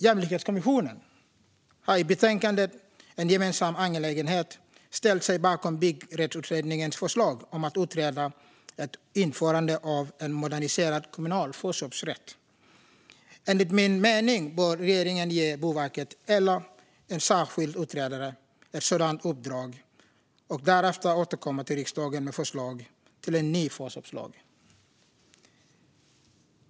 Jämlikhetskommissionen har i betänkandet En gemensam angelägenhet ställt sig bakom Byggrättsutredningens förslag om att utreda ett införande av en moderniserad kommunal förköpsrätt. Enligt min mening bör regeringen ge Boverket eller en särskild utredare ett sådant uppdrag och därefter återkomma till riksdagen med förslag till en ny förköpslag.